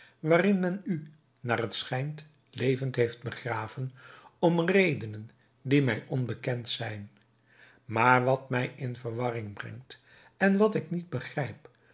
waarin men u naar het schijnt levend heeft begraven om redenen die mij onbekend zijn maar wat mij in verwarring brengt en wat ik niet begrijp